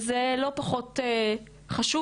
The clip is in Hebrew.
וזה לא פחות חשוב,